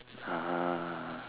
ah